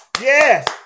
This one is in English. Yes